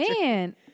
man